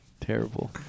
Terrible